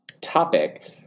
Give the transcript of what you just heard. topic